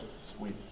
Sweet